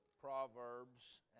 Proverbs